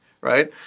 right